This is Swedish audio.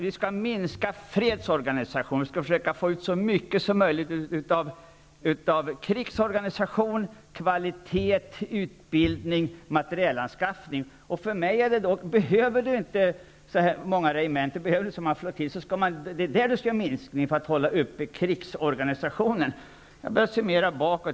Vi skall minska på fredsorganisationen, vi skall försöka få ut så mycket som möjligt av krigsorganisationen -- kvalitet, utbildning och materielanskaffning. Jag menar att om man inte behöver så många regementen och så många flottiljer, så är det där man skall göra minskningar för att vidmakthålla krigsorganisationen. Jag börjar se mer bakåt.